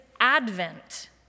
Advent